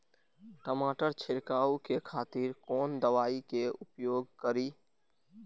टमाटर छीरकाउ के खातिर कोन दवाई के उपयोग करी?